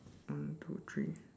one two three